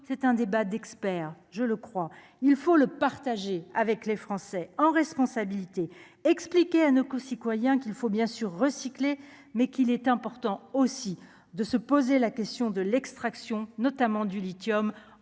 c'est un débat d'experts, je le crois, il faut le partager avec les Français en responsabilité, expliquer à nos coûts citoyen qu'il faut bien sûr recycler, mais qu'il est important aussi de se poser la question de l'extraction notamment du lithium